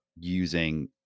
using